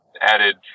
added